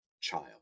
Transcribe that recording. child